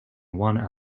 one